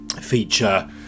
feature